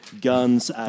Guns